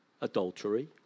adultery